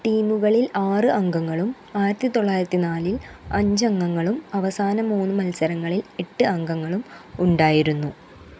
ടീമുകളിൽ ആറ് അംഗങ്ങളും ആയിരത്തി തൊള്ളായിരത്തി നാലിൽ അഞ്ച് അംഗങ്ങളും അവസാന മൂന്ന് മത്സരങ്ങളിൽ എട്ട് അംഗങ്ങളും ഉണ്ടായിരുന്നു